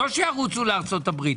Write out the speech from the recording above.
לא שירוצו לארצות הברית.